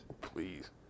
Please